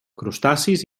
crustacis